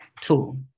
tool